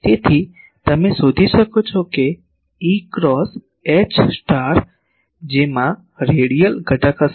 તેથી તમે શોધી શકો છો કે E ક્રોસ H જેમાં રેડિયલ ઘટક હશે